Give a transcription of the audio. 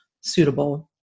suitable